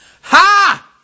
ha